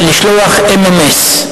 לשלוח אם.אם.אס.